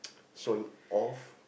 showing off